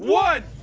one!